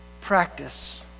practice